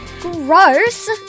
Gross